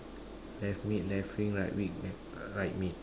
left mid left wing right mid right mid